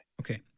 Okay